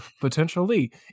Potentially